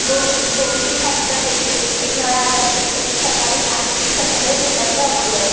दोन दोन तीन टाईम तर देतेच एक नळ आल्यावरती एक सकाळी आणि एक संध्याकाळी झोपायच्या अगोदर